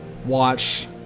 watch